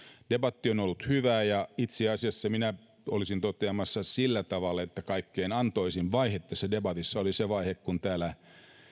debatti on on ollut hyvä ja itse asiassa olisin toteamassa sillä tavalla että kaikkein antoisin vaihe tässä debatissa oli se vaihe kun täällä